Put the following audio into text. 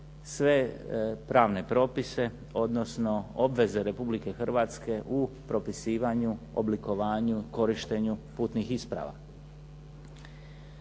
sve pravne propise, odnosno obveze Republike Hrvatske u propisivanju, oblikovanju, korištenju putnih isprava.